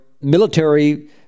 military